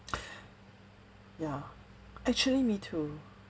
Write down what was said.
ya actually me too